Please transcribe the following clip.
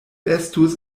estus